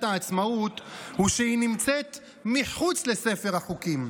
העצמאות הוא שהיא נמצאת מחוץ לספר החוקים.